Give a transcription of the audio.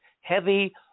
heavy